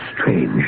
strange